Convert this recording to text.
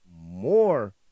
more